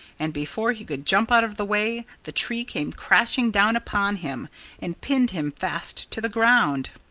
and before he could jump out of the way the tree came crashing down upon him and pinned him fast to the ground.